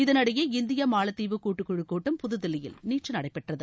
இதனிடையே இந்தியா மாலத்தீவு கூட்டு குழுக் கூட்டம் புதுதில்லியில் நேற்று நடைபெற்றது